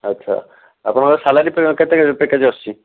ଆଚ୍ଛା ଆପଣଙ୍କର ସାଲାରି କେତେ ପ୍ୟାକେଜ୍ ଆସୁଛି